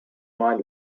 mind